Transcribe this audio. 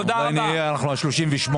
אולי נהיה ה-38.